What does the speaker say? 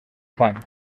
fan